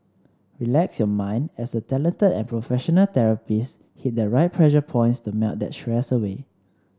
relax your mind as the talented and professional therapists hit the right pressure points to melt that stress away